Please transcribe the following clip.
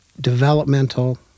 developmental